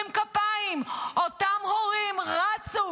אתם האויבים שלהם.